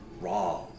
raw